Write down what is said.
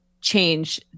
change